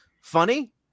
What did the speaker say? funny